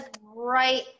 right